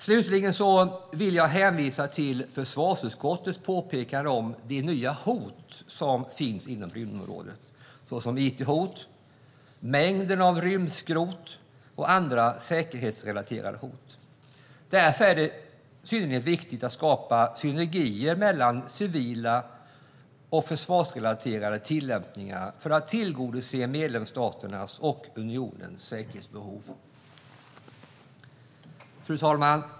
Slutligen vill jag hänvisa till försvarsutskottets påpekande om de nya hot som finns inom rymdområdet, såsom it-hot, mängden rymdskrot och andra säkerhetsrelaterade hot. Därför är det synnerligen viktigt att skapa synergier mellan civila och försvarsrelaterade tillämpningar för att tillgodose medlemsstaternas och unionens säkerhetsbehov. Fru talman!